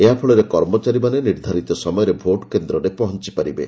ଏହା ଫଳରେ କର୍ମଚାରୀମାନେ ନିର୍ଦ୍ଧାରିତ ସମୟରେ ଭୋଟ କେନ୍ଦ୍ରରେ ପହଞ୍ଚି ପାରିବେ